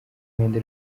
umwenda